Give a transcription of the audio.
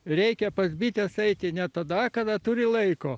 reikia pas bites eiti ne tada kada turi laiko